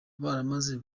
baramaze